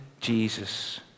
Jesus